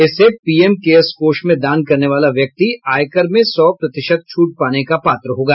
इससे PM cares कोष में दान करने वाला व्यक्ति आयकर में सौ प्रतिशत छूट पाने का पात्र होगा